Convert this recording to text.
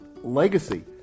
legacy